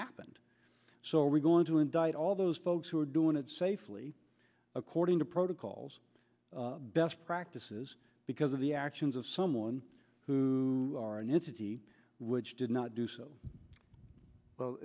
happened so we're going to indict all those folks who are doing it safely according to protocols best practices because of the actions of someone who are an entity which did not do so